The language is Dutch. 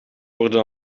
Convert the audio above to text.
worden